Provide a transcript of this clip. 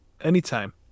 Anytime